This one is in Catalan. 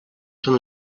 són